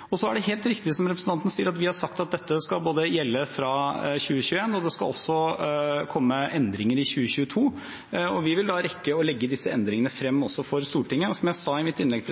og lønnsvekst. Det er også helt riktig som representanten sier, at vi har sagt at dette skal gjelde fra 2021, og det skal også komme endringer i 2022. Vi vil rekke å legge disse endringene frem for Stortinget, og, som jeg sa i mitt innlegg,